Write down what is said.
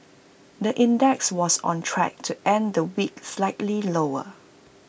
the index was on track to end the week slightly lower